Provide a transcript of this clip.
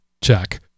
check